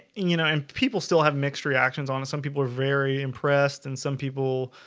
you know and people still have mixed reactions on us. some people very impressed and some people,